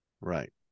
right